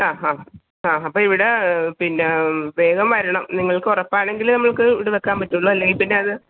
ആ ഹാ ആ അപ്പം ഇവിടെ പിന്നെ വേഗം വരണം നിങ്ങൾക്ക് ഉറപ്പാണെങ്കിലേ നമുക്ക് ഇവിടെ വയ്ക്കാൻ പറ്റുള്ളൂ അല്ലെങ്കിൽ പിന്നെ അത്